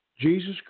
Jesus